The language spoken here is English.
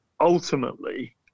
ultimately